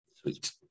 Sweet